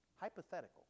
Hypothetical